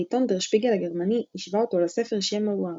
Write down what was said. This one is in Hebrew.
העיתון דר שפיגל הגרמני הישווה אותו לספר "שם הוורד".